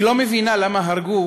היא לא מבינה למה הרגו